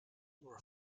were